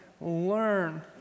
Learn